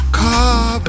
car